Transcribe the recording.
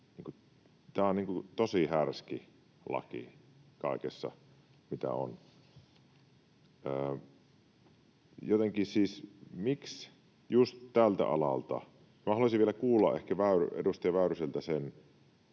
Tämä on tosi härski laki kaikessa, mitä on. Siis miksi just tältä alalta? Minä haluaisin vielä kuulla ehkä edustaja Väyryseltä sen,